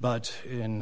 but in